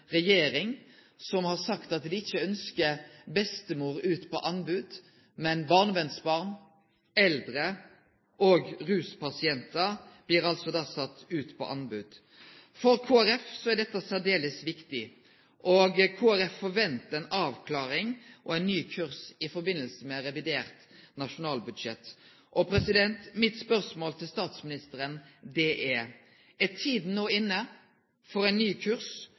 regjering, som har sagt at dei ikkje ønskjer bestemor ut på anbod, men barnevernsbarn, eldre og ruspasientar blir altså sette ut på anbod. For Kristeleg Folkeparti er det særs viktig. Kristeleg Folkeparti forventar ei avklaring og ein ny kurs i forbindelse med revidert nasjonalbudsjett. Mitt spørsmål til statsministeren er: Er tida no inne for ein ny kurs